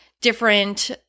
different